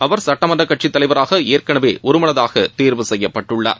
அவர் சட்டமன்ற கட்சித் தலைவராக ஏற்கனவே ஒருமனதாக தேர்வு செய்யப்பட்டுள்ளார்